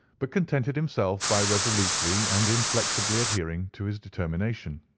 but contented himself by resolutely and inflexibly adhering to his determination.